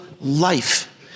life